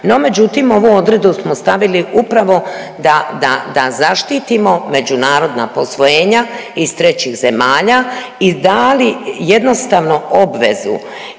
no međutim ovu odredbu smo stavili upravo da zaštitimo međunarodna posvojenja iz trećih zemalja i dali jednostavno obvezu